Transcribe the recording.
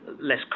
less